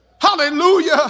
hallelujah